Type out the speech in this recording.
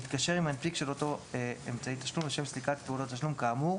יתקשר עם מנפיק של אותו סוג אמצעי תשלום לשם סליקת פעולות תשלום כאמור,